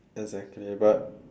exactly but